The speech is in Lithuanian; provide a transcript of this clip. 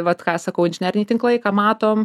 vat ką sakau inžineriniai tinklai ką matom